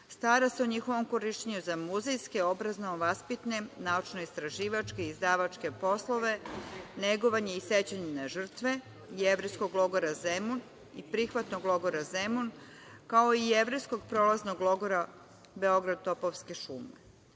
stara se o njihovom korišćenju, za muzejsko, obrazovno-vaspitne, naučno-istraživačke i izdavačke poslove, negovanje i sećanje na žrtve „Jevrejskog logora Zemun“ i „Prihvatnog logora Zemun“, kao i „Jevrejskog prolaznog logora“ Beograd, Topovske šume. Ono